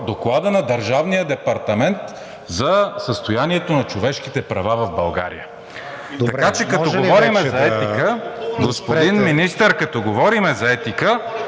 Доклада на Държавния департамент за състоянието на човешките права в България. Така че като говорим за етика, господин Министър, като говорим за етика,